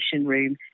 room